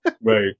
right